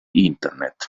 internet